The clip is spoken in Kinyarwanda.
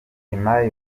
imari